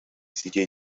city